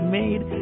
made